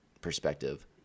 perspective